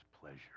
pleasure